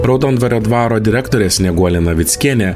raudondvario dvaro direktorė snieguolė navickienė